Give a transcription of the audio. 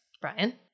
Brian